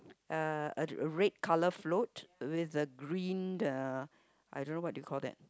uh a red colour float with the green the I don't know what do you call that